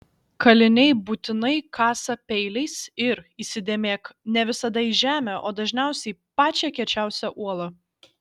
kaliniai būtinai kasa peiliais ir įsidėmėk ne visada žemę o dažniausiai pačią kiečiausią uolą